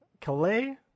Calais